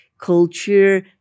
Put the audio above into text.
culture